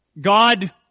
God